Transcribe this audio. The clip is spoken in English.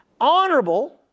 Honorable